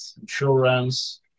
insurance